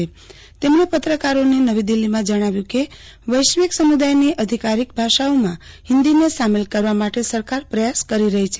સુશ્રી સ્વરાજે પત્રકારોને નવી દિલ્હીમાં જજ્ઞાવ્યું કે વૈચિક સમુદાયની અધિકારીક ભાષાઓમાં હિન્દીને સામેલ કરવા માટે સરકાર પ્રયાસ કરી રહી છે